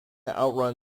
outrun